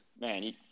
man